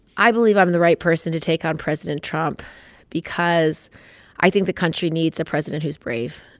i believe i'm the right person to take on president trump because i think the country needs a president who's brave.